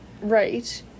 Right